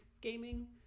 gaming